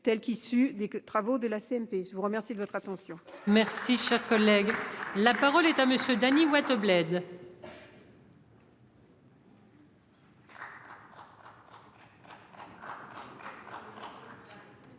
telle qu'issue des travaux de la CMP, je vous remercie de votre attention. Merci, cher collègue, la parole est à monsieur Dany Wattebled. Monsieur